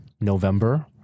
November